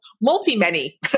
multi-many